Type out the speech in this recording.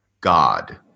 God